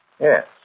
Yes